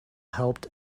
helped